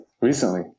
recently